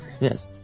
Yes